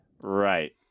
Right